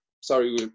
sorry